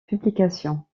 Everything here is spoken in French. publications